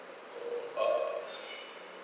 so uh